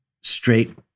straight